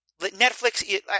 Netflix